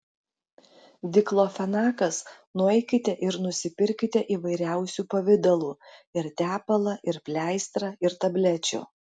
diklofenakas nueikite ir nusipirkite įvairiausių pavidalų ir tepalą ir pleistrą ir tablečių